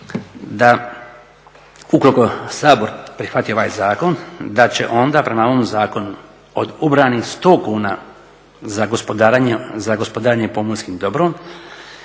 da ukoliko Sabor prihvati ovaj zakon da će onda prema ovom zakonu od ubranih 100 kuna za gospodarenje pomorskim dobrom